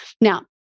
Now